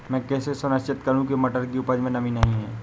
मैं कैसे सुनिश्चित करूँ की मटर की उपज में नमी नहीं है?